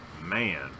man